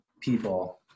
people